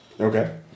okay